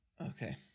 Okay